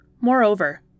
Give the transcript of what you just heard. Moreover